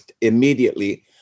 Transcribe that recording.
Immediately